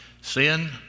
Sin